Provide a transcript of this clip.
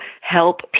help